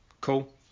Cool